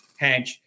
Hench